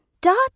Dot